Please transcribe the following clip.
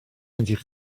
edrych